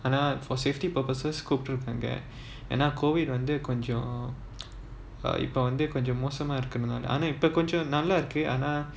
ஆனா:aana for safety purposes கூப்டுருக்காங்க ஏனா:koopturukaanga yenaa COVID வந்து கொஞ்சம் இப்போ வந்து கொஞ்சம் மோசமா இருக்குறதால ஆனா இப்போ கொஞ்சம் நல்லா இருக்கு ஆனா:vanthu konjam ippo vanthu konjam mosamaa irukurathaala aana ippo konjam nallaa iruku aanaa